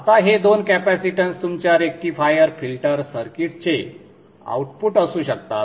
आता हे दोन कॅपेसिटन्स तुमच्या रेक्टिफायर फिल्टर सर्किट्सचे आउटपुट असू शकतात